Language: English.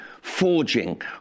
forging